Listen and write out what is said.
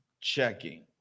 checking